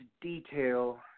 detail